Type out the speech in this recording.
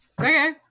okay